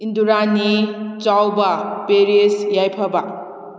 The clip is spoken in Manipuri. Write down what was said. ꯏꯟꯗꯨꯔꯥꯅꯤ ꯆꯥꯎꯕ ꯄꯦꯔꯤꯁ ꯌꯥꯏꯐꯕ